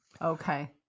okay